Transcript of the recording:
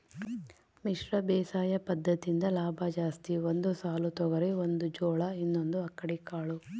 ಮಿಶ್ರ ಬೇಸಾಯ ಪದ್ದತಿಯಿಂದ ಲಾಭ ಜಾಸ್ತಿ ಒಂದು ಸಾಲು ತೊಗರಿ ಒಂದು ಜೋಳ ಇನ್ನೊಂದು ಅಕ್ಕಡಿ ಕಾಳು